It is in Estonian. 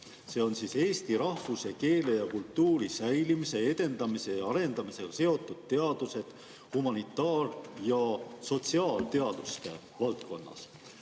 need on eesti rahvuse, keele ja kultuuri säilimise, edendamise ja arendamisega seotud teadused humanitaar‑ ja sotsiaalteaduste valdkonnas.